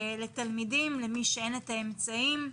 לתלמידים ולמי שאין את האמצעים?